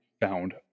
found